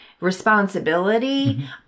responsibility